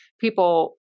people